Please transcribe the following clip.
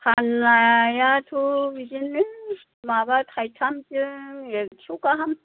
फाननायाथ' बिदिनो माबा थाइथामजों एकस' गाहाम